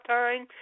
time